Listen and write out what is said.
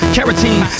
Carotene